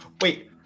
Wait